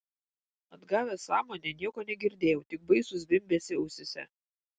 atgavęs sąmonę nieko negirdėjau tik baisų zvimbesį ausyse